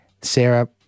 Sarah